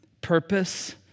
purpose